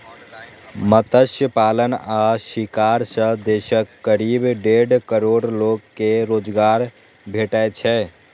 मत्स्य पालन आ शिकार सं देशक करीब डेढ़ करोड़ लोग कें रोजगार भेटै छै